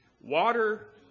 Water